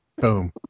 Boom